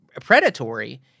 predatory